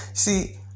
See